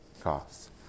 costs